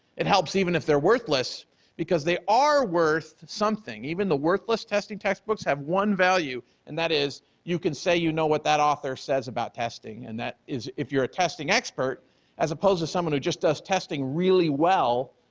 it helps even if they're worthless because they are worth something, even the worthless testing textbooks have one value and that is you can say you know what that author says about testing and that is if your testing expert as opposed to someone who just does testing really well,